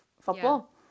football